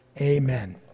Amen